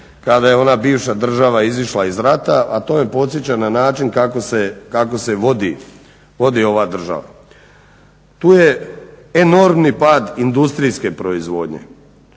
kada je ona bivša država izišla iz rata. A to me podsjeća na način kako se vodi ova država. Tu je enormni pad industrijske proizvodnje.